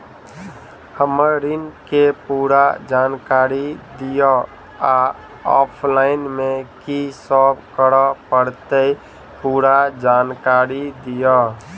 हम्मर ऋण केँ पूरा जानकारी दिय आ ऑफलाइन मे की सब करऽ पड़तै पूरा जानकारी दिय?